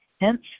hence